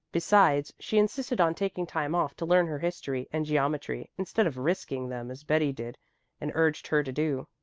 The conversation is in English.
besides, she insisted on taking time off to learn her history and geometry, instead of risking them as betty did and urged her to do.